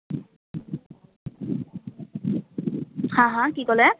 হা হা কি ক'লে